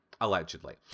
allegedly